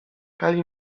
kali